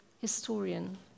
historian